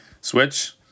Switch